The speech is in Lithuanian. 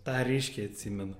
tą ryškiai atsimenu